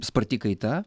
sparti kaita